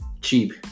cheap